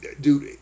Dude